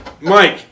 Mike